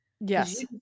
Yes